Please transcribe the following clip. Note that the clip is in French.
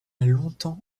longtemps